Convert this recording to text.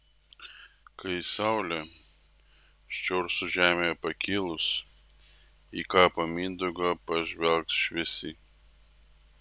kai saulė ščorsų žemėje pakilus į kapą mindaugo pažvelgs šviesi